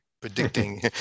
predicting